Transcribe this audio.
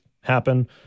happen